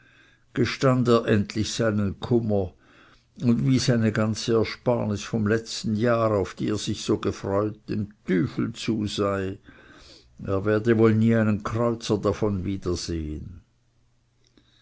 er endlich seinen kummer und wie seine ganze ersparnis vom letzten jahr auf die er sich so gefreut dem tüfel zu sei er werde wohl nie einen kreuzer davon wiedersehen